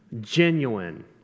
genuine